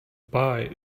pie